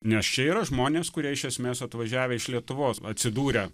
nes čia yra žmonės kurie iš esmės atvažiavę iš lietuvos atsidūrę